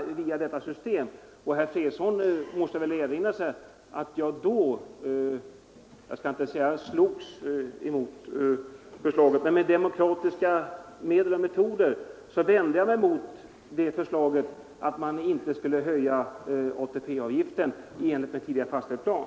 Herr Fredriksson måste väl erinra sig att jag då — jag skall inte säga att jag slogs emot — med demokratiska medel vände mig emot förslaget att inte höja ATP-avgiften i enlighet med tidigare fastställd plan.